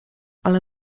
ale